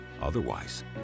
Otherwise